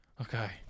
Okay